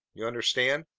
you understand?